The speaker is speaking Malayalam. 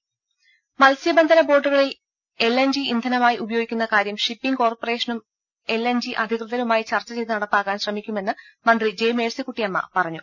രുര മത്സ്യബന്ധന ബോട്ടുകളിൽ എൽഎൻജി ഇന്ധനമായി ഉപയോഗിക്കുന്ന കാര്യം ഷിപ്പിംഗ് കോർപ്പറേഷനും എൽഎൻജി അധികൃതരുമായി ചർച്ച ചെയ്ത് നടപ്പാക്കാൻ ശ്രമിക്കുമെന്ന് മന്ത്രി മേഴ്സികുട്ടിഅമ്മ പറഞ്ഞു